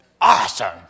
Awesome